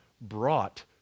brought